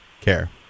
care